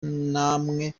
namwe